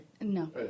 No